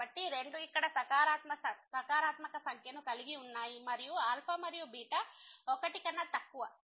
కాబట్టి రెండూ ఇక్కడ సకారాత్మక సంఖ్యను కలిగి ఉన్నాయి మరియు మరియు 1 కన్నా తక్కువ